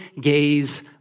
gaze